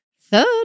Third